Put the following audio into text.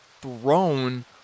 thrown